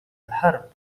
الحرب